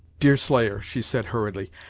deerslayer, she said, hurriedly,